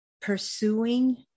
pursuing